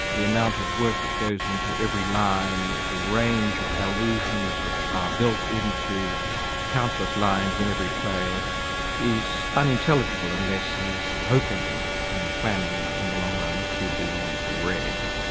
the amount of work that goes into every line, the range of allusions which are built in to countless lines in every play is unintelligible unless he's hoping and planning in the long run to be read,